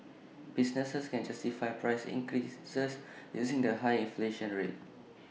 businesses can justify price increases using the high inflation rate